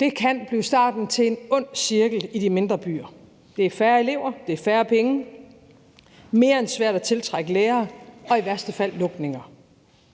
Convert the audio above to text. Det kan blive starten på en ond cirkel i de mindre byer. Det er færre elever, det er færre penge, og det betyder, at det bliver mere end svært at tiltrække lærere, og i værste fald betyder det lukninger.